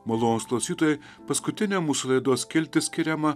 malonūs klausytojai paskutinė mūsų laidos skiltis skiriama